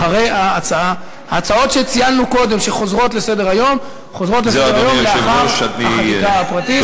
ההצעות שציינו קודם חוזרות לסדר-היום לאחר החקיקה הפרטית.